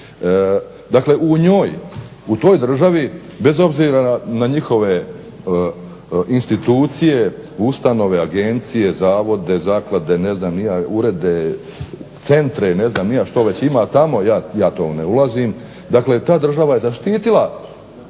dakle u toj državi bez obzira na njihove institucije ustanove, agencije, zavode, zaklade ne znam ni ja, urede, centre i ne znam što već ima tamo ja u to ne ulazim, dakle ta država je zaštitila